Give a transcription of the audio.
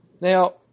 Now